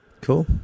Cool